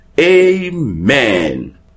Amen